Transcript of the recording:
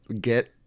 get –